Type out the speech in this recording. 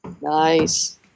Nice